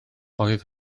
oedd